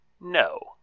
no